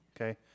okay